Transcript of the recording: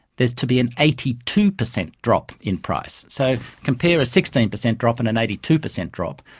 there is to be an eighty two percent drop in price. so compare a sixteen percent drop and an eighty two percent drop.